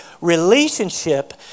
relationship